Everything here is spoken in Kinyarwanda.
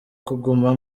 kuguma